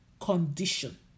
condition